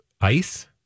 ice